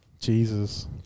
Jesus